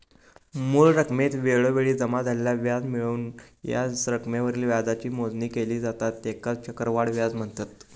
मूळ रकमेत वेळोवेळी जमा झालेला व्याज मिळवून या रकमेवरील व्याजाची मोजणी केली जाता त्येकाच चक्रवाढ व्याज म्हनतत